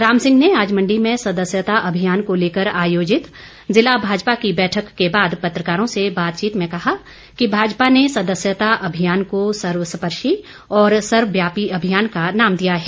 राम सिंह ने आज मण्डी में सदस्यता अभियान को लेकर आयोजित जिला भाजपा की बैठक के बाद पत्रकारों से बातचीत में कहा कि भाजपा ने सदस्यता अभियान को सर्वस्पर्शी और सर्वव्यापी अभियान का नाम दिया है